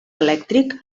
elèctric